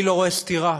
אני לא רואה סתירה